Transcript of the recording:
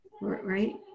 right